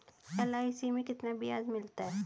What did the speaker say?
LIC में कितना ब्याज मिलता है?